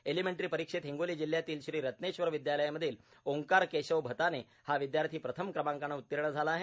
elementary परीक्षेत हिंगोली जिल्ह्यातील श्री रत्नेश्वर विद्यालय मधील ओंकार केशव भताने हा विद्यार्थी प्रथम क्रमांकाने उत्तीर्ण झाला आहे